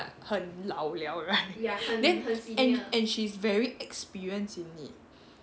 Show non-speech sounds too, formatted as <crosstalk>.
很老了 right <laughs> then and and she is very experienced in it